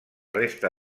resta